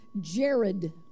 Jared